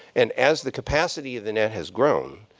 and as the capacity of the net has grown,